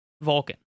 Vulcan